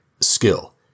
skill